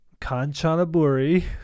Kanchanaburi